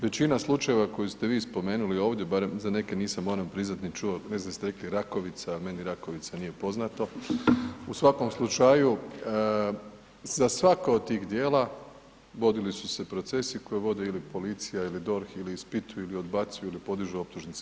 Većina slučajeva koju ste vi spomenuli ovdje, barem za neke nisam moram priznat ni čuo, ne znam jeste rekli Rakovica, meni Rakovica nije poznato, u svakom slučaju za svaka od tih djela vodili su se procesi koje vodi ili policija ili DORH ili ispituju ili odbacuju ili podižu optužnice.